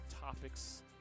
topics